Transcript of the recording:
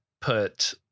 put